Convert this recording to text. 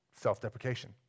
self-deprecation